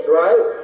right